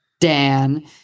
Dan